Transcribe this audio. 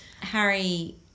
Harry